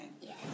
Yes